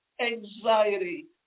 anxiety